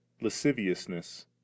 lasciviousness